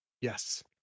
Yes